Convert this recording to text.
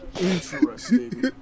interesting